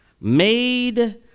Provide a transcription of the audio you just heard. made